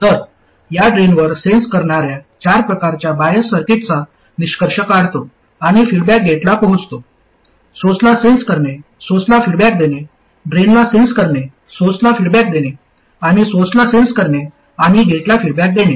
तर या ड्रेनवर सेन्स करणार्या चार प्रकारच्या बायस सर्किटचा निष्कर्ष काढतो आणि फीडबॅक गेटला पोहोचतो सोर्सला सेन्स करणे सोर्सला फीडबॅक देणे ड्रेनला सेन्स करणे सोर्सला फीडबॅक देणे आणि सोर्सला सेन्स करणे आणि गेटला फीडबॅक देणे